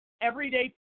everyday